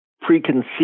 preconceived